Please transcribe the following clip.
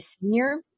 senior